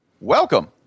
Welcome